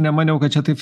nemaniau kad čia taip